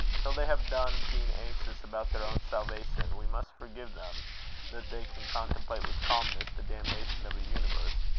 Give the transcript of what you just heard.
till they have done being anxious about their own salvation, we must forgive them that they can contemplate with calmness the damnation of a universe,